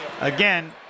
Again